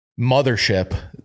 mothership